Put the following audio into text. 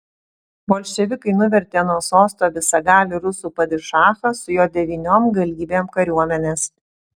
bolševikai nuvertė nuo sosto visagalį rusų padišachą su jo devyniom galybėm kariuomenės